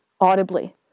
audibly